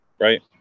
Right